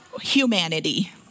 humanity